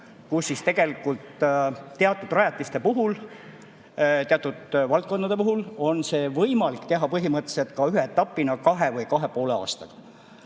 et tegelikult teatud rajatiste puhul, teatud valdkondade puhul on see võimalik teha põhimõtteliselt ka ühe etapina kahe või kahe ja poole aastaga.